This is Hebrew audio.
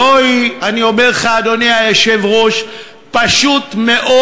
זוהי, אני אומר לך, אדוני היושב-ראש, פשוט מאוד